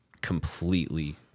completely